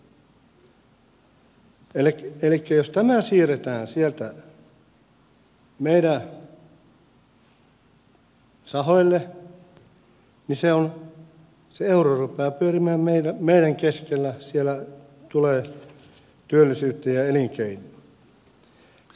elikkä jos tämä siirretään sieltä meidän sahoille niin se euro rupeaa pyörimään meidän keskellä siellä tulee työllisyyttä ja elinkeinoa